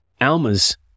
Alma's